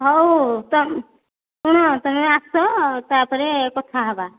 ହଉ ଶୁଣ ତୁମେ ଆସ ତା'ପରେ କଥା ହେବା